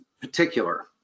particular